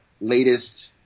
latest